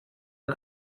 ein